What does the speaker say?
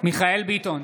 מיכאל מרדכי ביטון,